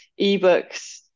ebooks